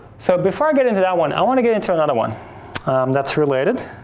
so, before i get into that one, i wanna get into another one that's related,